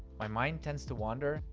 my mind tends to wander,